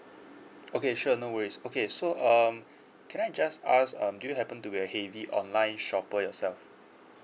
okay sure no worries okay so um can I just ask um do you happen to be a heavy online shopper yourself